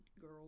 Girl